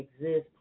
Exist